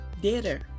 Data